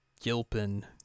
gilpin